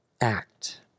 act